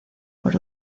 por